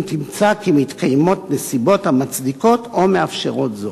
אם תמצא כי מתקיימות נסיבות המצדיקות או המאפשרות זאת.